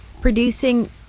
Producing